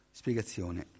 spiegazione